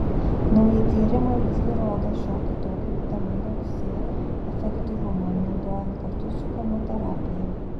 nauji tyrimai visgi rodo šiokį tokį vitamino c efektyvumą naudojant kartu su chemoterapija